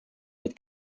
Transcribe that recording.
mit